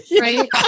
right